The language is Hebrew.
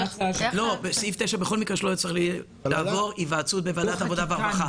על פי סעיף 9 בכל מקרה צריך לערוך התייעצות עם ועדת העבודה והרווחה.